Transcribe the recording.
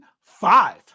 Five